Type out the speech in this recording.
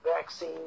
vaccine